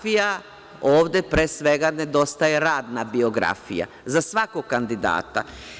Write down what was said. Pre svega ovde nedostaje radna biografija za svakog kandidata.